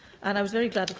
and i was very glad,